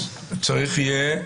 אז צריך יהיה,